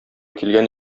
килгән